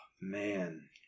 man